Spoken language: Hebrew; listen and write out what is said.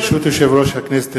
ברשות יושב-ראש הכנסת,